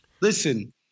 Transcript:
Listen